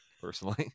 personally